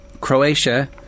Croatia